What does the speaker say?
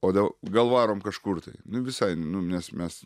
o da gal varom kažkur tai nu visai nu nes mes